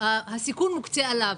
הסיכון מוקצה עליו.